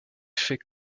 faits